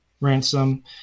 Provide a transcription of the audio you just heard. ransom